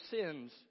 sins